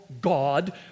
God